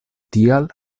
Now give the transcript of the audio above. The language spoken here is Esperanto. tial